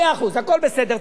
מאה אחוז, הכול בסדר.